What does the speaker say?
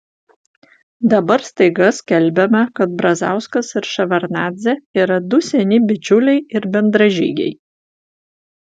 dabar staiga skelbiama kad brazauskas ir ševardnadzė yra du seni bičiuliai ir bendražygiai